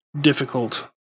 difficult